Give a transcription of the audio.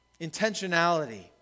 Intentionality